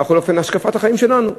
מהי, בכל אופן, השקפת החיים שלנו?